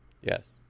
Yes